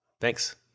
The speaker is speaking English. Thanks